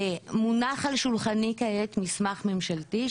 מונח על שולחני כעת מסמך ממשלתי,